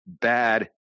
bad